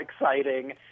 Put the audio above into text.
exciting